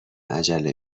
عجله